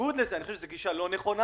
אני חושב שזאת גישה לא נכונה.